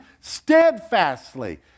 steadfastly